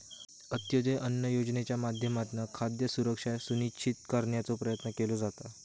अंत्योदय अन्न योजनेच्या माध्यमातना खाद्य सुरक्षा सुनिश्चित करण्याचो प्रयत्न केलो जाता